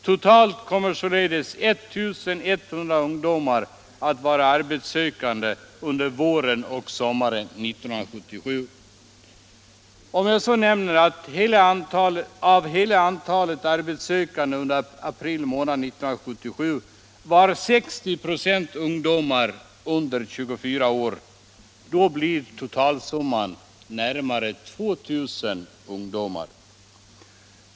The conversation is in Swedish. Totalt kommer således ca 1 100 ungdomar att vara arbetssökande under våren och sommaren 1977. Om jag sedan nämner att av hela antalet arbetssökande under april 1977 var 60 96 ungdomar under 24 år. Då blir totalsumman närmare 2 000 ungdomar.